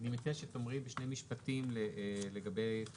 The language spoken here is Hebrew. עד כאן התוספת האחת